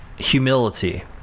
Humility